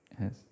Yes